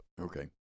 Okay